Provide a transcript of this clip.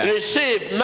Receive